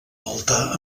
altar